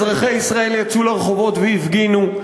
אזרחי ישראל יצאו לרחובות והפגינו.